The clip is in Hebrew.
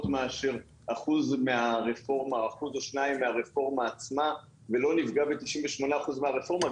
מאשר 1% או 2% מהרפורמה עצמה ולא נפגע ב-98% מהרפורמה,